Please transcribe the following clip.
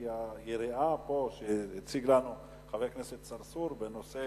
כי היריעה שהציג לנו פה חבר הכנסת צרצור בנושא